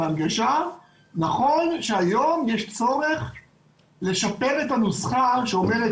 נכון שהיום יש צורך לשפר את הנוסחה שאומרת